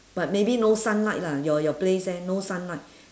but maybe no sunlight lah your your place there no sunlight